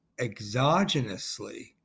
exogenously